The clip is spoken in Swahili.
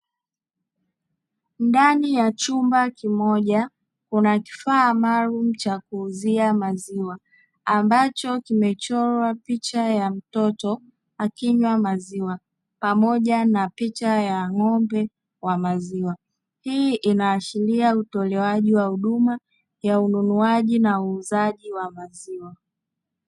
Ndani ya chumba kimoja kuna kifaa maalumu cha kuuzia maziwa ambacho kimechorwa picha ya mtoto akinywa maziwa pamoja na picha ya ng'ombe wa maziwa. Hii inaashiria utolewaji wa huduma ya ununuaji na uuzaji wa maziwa.